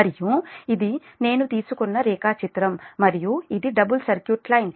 మరియు ఇది నేను తీసుకున్న రేఖాచిత్రం మరియు ఇది డబుల్ సర్క్యూట్ లైన్